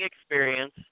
experience